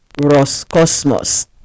Roscosmos